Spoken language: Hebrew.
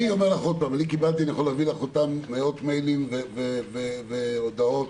אני קבלתי מאות מיילים והודעות